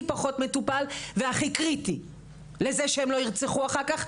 פחות מטופל והכי קריטי לוזה שהם לא ירצח ואחר כך